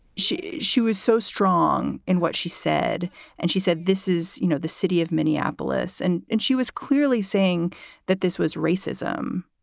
she she was so strong in what she said and she said, this is you know the city of minneapolis. and and she was clearly saying that this was racism.